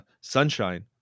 Sunshine